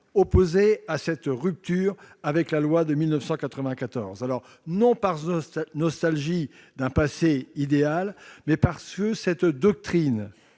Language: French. opposés à cette rupture avec la loi de 1994, non par nostalgie d'un passé idéalisé, mais parce que cette doctrine